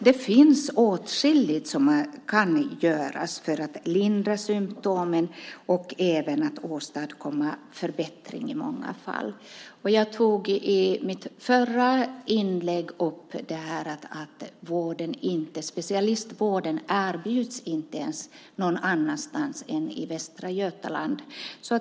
Det finns åtskilligt som man kan göra för att lindra symtomen och åstadkomma förbättring i många fall. Jag tog i mitt förra inlägg upp att specialistvården inte ens erbjuds någon annanstans än i Västra Götaland.